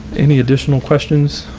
any additional questions?